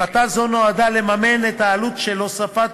הפחתה זו נועדה לממן את העלות של הוספת